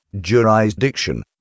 jurisdiction